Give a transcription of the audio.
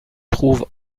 trouve